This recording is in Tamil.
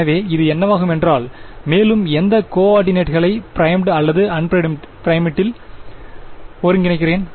எனவே இது என்னவாகுமென்றால் மேலும் எந்த கோஆர்டினேட்டுகளை பிரைமுடு அல்லது அன்பிரைமுடில் ஒருங்கிணைக்கிறேன்